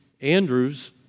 Andrews